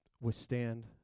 withstand